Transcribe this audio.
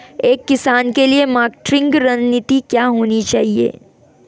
एक किसान के लिए मार्केटिंग रणनीति क्या होनी चाहिए?